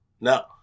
No